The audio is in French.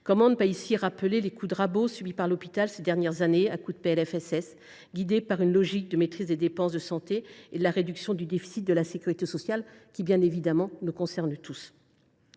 Comment ne pas rappeler les coups de rabots subis par l’hôpital ces dernières années, à coups de PLFSS guidés par une logique de maîtrise des dépenses de santé et de réduction du déficit de la sécurité sociale qui, naturellement, nous concerne tous ?